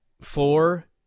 four